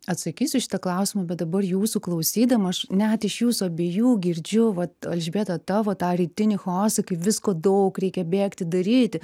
atsakysiu į šitą klausimą bet dabar jūsų klausydama aš net iš jūsų abiejų girdžiu vat elžbieta tavo tą rytinį chaosą kai visko daug reikia bėgti daryti